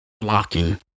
Blocking